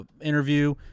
interview